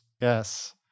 Yes